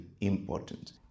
important